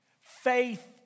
faith